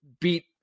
beat